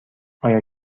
آیا